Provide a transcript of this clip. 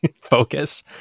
focus